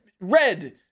red